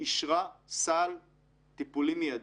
אישרה סל טיפולים מידי.